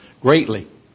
greatly